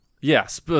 Yes